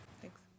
Thanks